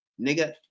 nigga